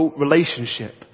relationship